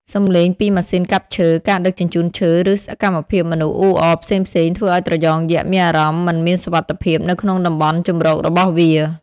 សំឡេងពីម៉ាស៊ីនកាប់ឈើ ការដឹកជញ្ជូនឈើ ឬសកម្មភាពមនុស្សអ៊ូអរផ្សេងៗ ធ្វើឲ្យត្រយងយក្សមានអារម្មណ៍មិនមានសុវត្ថិភាពនៅក្នុងតំបន់ជម្រករបស់វា។